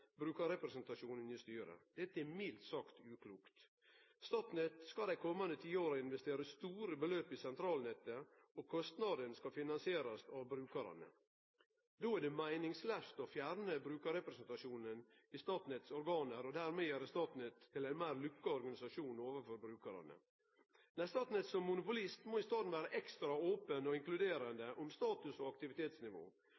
brukarrepresentasjonen i styret. Dette er mildt sagt uklokt. Statnett skal det kommande tiåret investere store beløp i sentralnettet, og kostnadene skal finansierast av brukarane. Då er det meiningslaust å fjerne brukarrepresentasjonen i Statsnetts organ og dermed gjere Statnett til ein meir lukka organisasjon overfor brukarane. Statnett som monopolist må i staden vere ekstra open og